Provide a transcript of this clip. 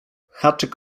haczyk